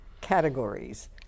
categories